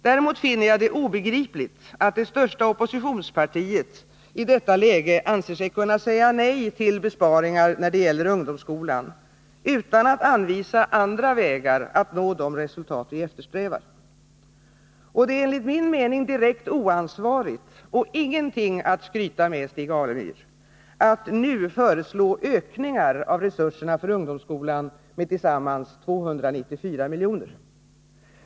Däremot finner jag det obegripligt att det största oppositionspartiet i detta läge anser sig kunna säga nej till besparingar då det gäller ungdomsskolan — utan att anvisa andra vägar att nå de resultat vi eftersträvar. Och det är enligt min mening direkt oansvarigt och ingenting att skryta med, Stig Alemyr, att nu föreslå ökningar av resurserna för ungdomsskolan med tillsammans 294 miljoner.